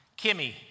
Kimmy